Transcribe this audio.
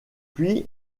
puis